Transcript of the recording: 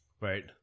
right